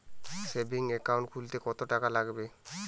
Savings account খুলতে কতটাকা লাগবে?